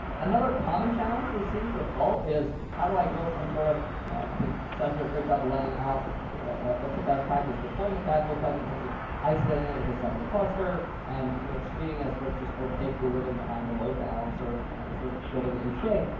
another common challenge we see with vault is, how do i go from sort of you know i think seth did a great job laying out, you know what's a best practice deployment guide look like in terms of isolating it with a separate cluster and you know treating it as sort of just opaquely living behind a load balancer and and sort of building ha.